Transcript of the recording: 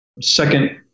second